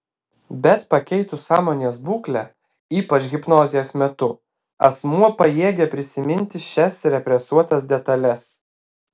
bet pakeitus sąmonės būklę ypač hipnozės metu asmuo pajėgia prisiminti šias represuotas detales